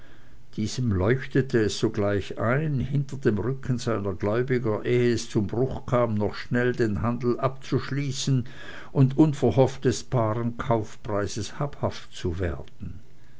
diesem leuchtete es sogleich ein hinter dem rücken seiner gläubiger ehe es zum bruch kam noch schnell den handel abzuschließen und unverhofft des baren kaufpreises habhaft zu werden